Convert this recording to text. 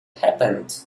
happened